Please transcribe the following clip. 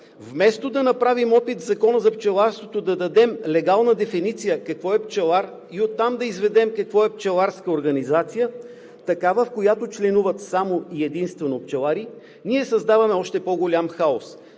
Вместо да направим опит в Закона за пчеларството да дадем легална дефиниция какво е пчелар и оттам да изведем какво е пчеларска организация – такава, в която членуват само и единствено пчелари, ние създаваме още по-голям хаос